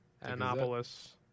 Annapolis